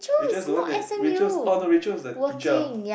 they just don't want that Rachels oh the Rachel is the teacher